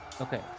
Okay